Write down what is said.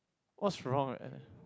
what's wrong and